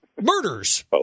murders